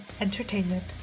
entertainment